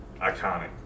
Iconic